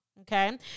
Okay